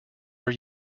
are